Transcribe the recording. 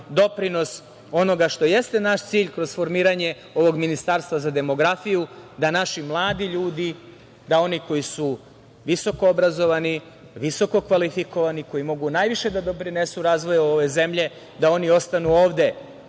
doprinos onoga što jeste naš cilj kroz formiranje ovog ministarstva za demografiju, da naši mladi ljudi, da oni koji su visokoobrazovani, visokokvalifikovani, koji mogu najviše da doprinesu razvoju ove zemlje da oni ostanu ovde,